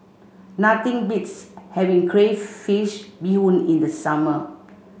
nothing beats having Crayfish Beehoon in the summer